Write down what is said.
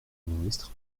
ministre